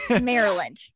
Maryland